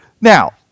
Now